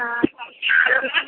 ah hello ma'am